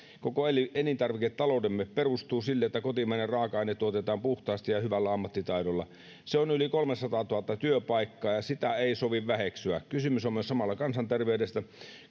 koko elintarviketaloutemme perustuu sille että kotimainen raaka aine tuotetaan puhtaasti ja hyvällä ammattitaidolla se on yli kolmesataatuhatta työpaikkaa ja sitä ei sovi väheksyä kysymys on myös samalla kansanterveydestä